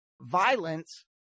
violence